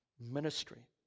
ministry